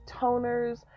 toners